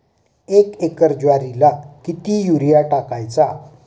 एक एकर ज्वारीला किती युरिया टाकायचा?